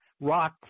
rock